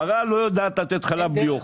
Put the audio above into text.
פרה לא יודעת לתת חלב בלי אוכל.